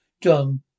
John